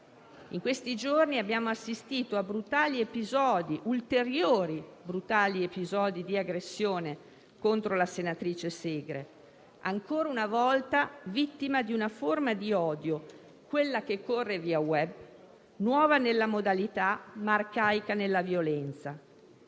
In questi giorni abbiamo assistito a ulteriori brutali episodi di aggressione contro la senatrice Segre, ancora una volta vittima di una forma di odio che corre via *web*, che è nuova nella modalità, ma arcaica nella violenza.